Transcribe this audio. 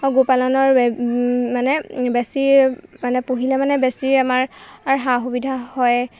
গো পালনৰ মানে বেছি মানে পুহিলে মানে বেছি আমাৰ সা সুবিধা হয়